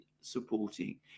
supporting